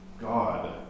God